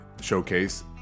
showcase